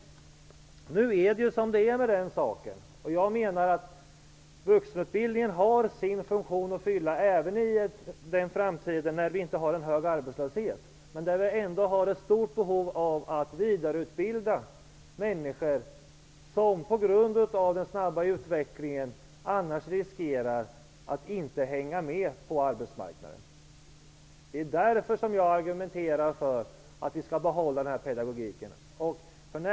Nu är det som det är med den saken. Vuxenutbildningen har en funktion att fylla även i en framtid då det inte är hög arbetslöshet. Det finns ändå ett stort behov av att vidareutbilda människor som på grund av den snabba utvecklingen annars riskerar att inte hänga med på arbetsmarknaden. Det är därför som jag argumenterar för att den här pedagogiken skall behållas.